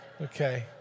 okay